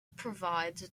provides